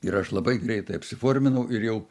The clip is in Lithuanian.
ir aš labai greitai apsiforminau ir jau